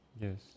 Yes